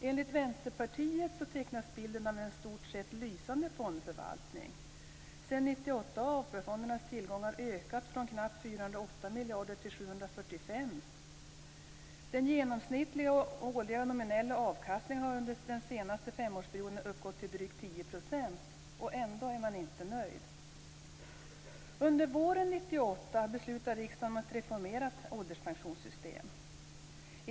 Enligt Vänsterpartiet tecknas bilden av en i stort sett lysande fondförvaltning. Sedan 1990 har AP fondernas tillgångar ökat från knappt 408 miljarder till 745 miljarder kronor. Den genomsnittliga årliga nominella avkastningen har under den senaste femårsperioden uppgått till drygt 10 %, och ändå är man inte nöjd. Under våren 1998 beslutade riksdagen om ett reformerat ålderspensionssystem.